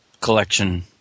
collection